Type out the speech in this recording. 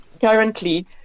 currently